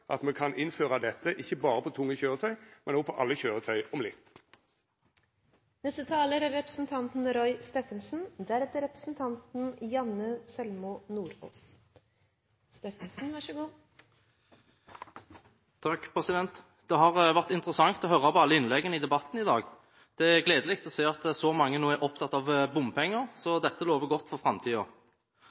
at me om litt kan innføra dette – ikkje berre på tunge køyretøy, men på alle køyretøy. Det har vært interessant å høre på alle innleggene i debatten i dag. Det er gledelig å se at så mange nå er opptatt av bompenger – dette lover godt for